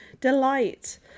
delight